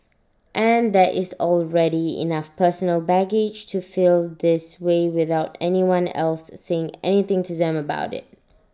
and there is already enough personal baggage to feel this way without anyone else saying anything to them about IT